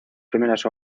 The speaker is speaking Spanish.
primeras